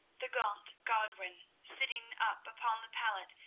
the gaunt godwin sitting up upon the pallet,